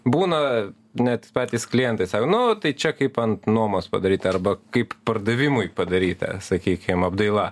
būna net patys klientai sako nu tai čia kaip ant nuomos padaryt arba kaip pardavimui padaryta sakykim apdaila